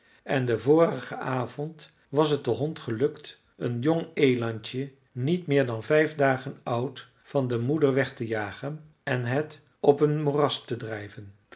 en den vorigen avond was het den hond gelukt een jong elandje niet meer dan vijf dagen oud van de moeder weg te jagen en het op een moeras te drijven